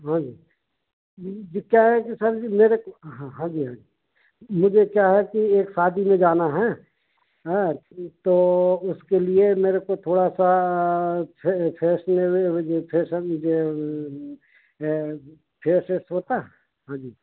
हाँ जी ये क्या है कि सर जी मेरे को हाँ हांजी हांजी मुझे क्या है कि एक शादी में जाना है हाँ तो उस के लिए मेरे को थोड़ा सा ये फेसन ये फेस वेस होता है हाँ जी